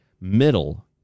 middle